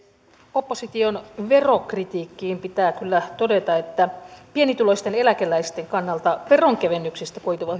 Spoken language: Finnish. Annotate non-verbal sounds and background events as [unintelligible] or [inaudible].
opposition verokritiikkiin pitää kyllä todeta että pienituloisten eläkeläisten kannalta veronkevennyksistä koituva [unintelligible]